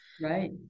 Right